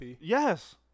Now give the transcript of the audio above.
Yes